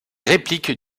répliques